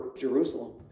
Jerusalem